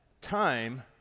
time